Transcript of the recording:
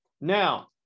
Now